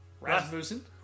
Rasmussen